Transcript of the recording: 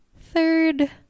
third